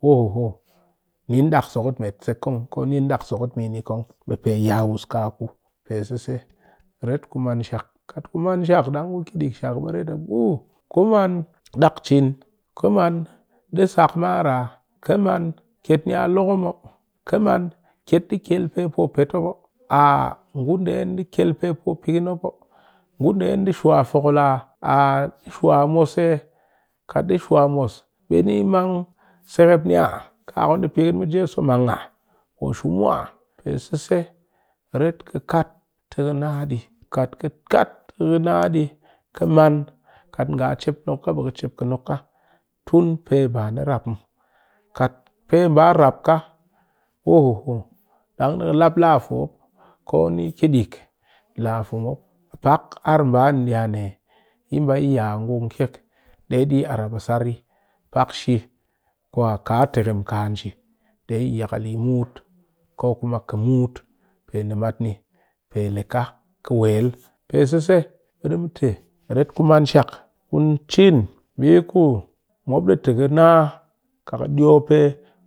Ohoho! Nin ɗak sokot met se kong ko nin ɗak sokot mini kong ɓe pe ya wuus ka ku. pe sise, ret ku maan shak kat ku man shak ɗang ku cin ɗik shak ɓe ret a bu, ku maan ɗak cin ku man ɗi sak mar aha ka maan ket ni a lokom oh? Ka maan ket ɗi kyel pe po pwet-pwet mop oh a ngu ndee ni ɗi kyel pe po pigin mop oh ngu ndee ni ɗi shuwa fokol a, a ɗi shwa mos eh kat ɗi shwa mos ɓe ni mang sekep ni ah kaku pigin mu jeso mang ah? Pe shum mu ah pe sise ret ka kaat ti ka nna ɗii, ka ka kaat ti ka nna ɗii ka maan kaat nga a cep nok ka ɓe ka cep ka nok ka tun pee ba ni rap muw, kat pe ba rap ka ohoho! Ɗang ni kalap laa fi mop ko ni yi ki ɗik laa fi mop ar mba ni a yi ne yi mba yi ya a ngung kyek ɗe ɗi arap a tsar yi, pak shi kuwa kaa tikem kaa nji, ɗe yi yakal yi mut ko kuma ka mut pe nimat ni pe le ka ƙɨ wel. Pe sise ɗi mu te ku maan shak ku cin mbii ku mop ɗi te ka nna, kat ka diyo pe,